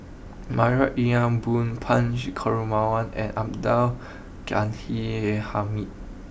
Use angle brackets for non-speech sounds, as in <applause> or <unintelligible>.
Marie Ethel Bong Punch <unintelligible> and Abdul Ghani Hamid